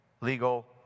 legal